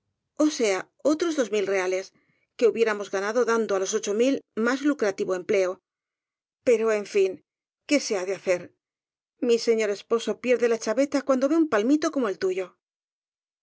ó sea otros dos mil reales que hubiéramos ganado dan do á los ocho mil más lucrativo empleo pero en fin qué se ha de hacer mi señor esposo pierde la chabeta cuando ve un palmito como el tuyo